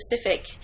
specific